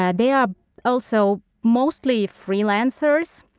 ah they are also mostly freelancers.